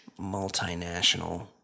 multinational